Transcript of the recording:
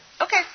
Okay